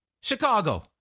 Chicago